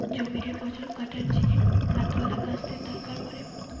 জমিরে ফসল কাটার জিনে হাতওয়ালা কাস্তের দরকার পড়ে